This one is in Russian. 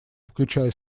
включая